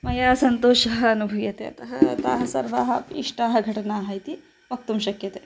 मया सन्तोषः अनुभूयते अतः ताः सर्वाः अपि इष्टाः घटनाः इति वक्तुं शक्यते